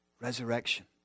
Resurrection